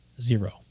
zero